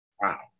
Wow